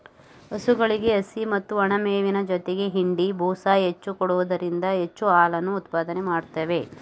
ಹಸುಗಳಿಗೆ ಹಸಿ ಮತ್ತು ಒಣಮೇವಿನ ಜೊತೆಗೆ ಹಿಂಡಿ, ಬೂಸ ಹೆಚ್ಚು ಕೊಡುವುದರಿಂದ ಹೆಚ್ಚು ಹಾಲನ್ನು ಉತ್ಪಾದನೆ ಮಾಡುತ್ವೆ